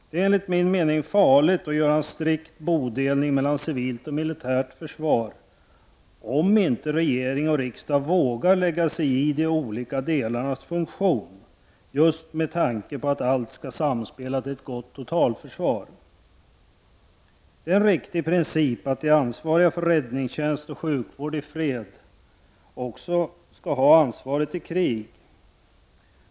Det är enligt min mening farligt att göra en strikt bodelning mellan civilt och militärt försvar om inte regering och riksdag vågar lägga sig i de olika delarnas funktion just med tanke på att allt skall samspela till ett gott totalförsvar. Det är en riktig princip att de ansvariga för räddningstjänst och sjukvård i fred också skall ha ansvaret i krig.